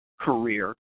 career